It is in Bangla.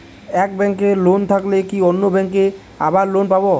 এক ব্যাঙ্কে লোন থাকলে কি অন্য ব্যাঙ্কে আবার লোন পাব?